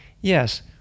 yes